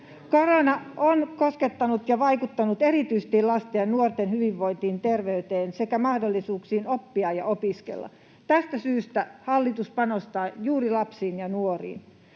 Korona on koskettanut ja vaikuttanut erityisesti lasten ja nuorten hyvinvointiin, terveyteen sekä mahdollisuuksiin oppia ja opiskella. Tästä syystä hallitus panostaa juuri lapsiin ja nuoriin.